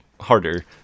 harder